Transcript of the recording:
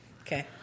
Okay